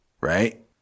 right